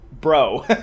Bro